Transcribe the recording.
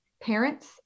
parents